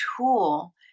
tool